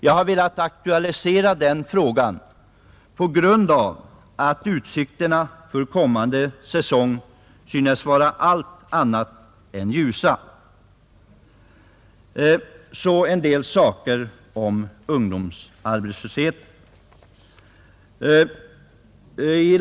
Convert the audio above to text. Jag har velat aktualisera den frågan på grund av att utsikterna för kommande säsong synes vara allt annat än ljusa. Så några ord om ungdomsarbetslösheten.